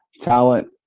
talent